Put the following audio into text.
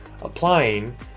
applying